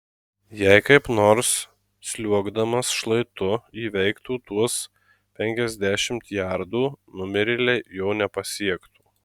jei kaip nors sliuogdamas šlaitu įveiktų tuos penkiasdešimt jardų numirėliai jo nepasiektų